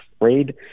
afraid